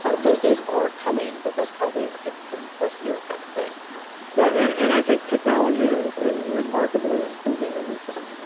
ah those days are coming, but that's probably like a ten plus year kind of thing yeah. and and i think technology is is remarkably improving everything.